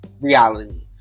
reality